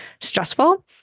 stressful